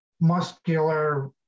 muscular